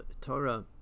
Torah